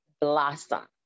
blossom